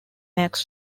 max